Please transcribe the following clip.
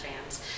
fans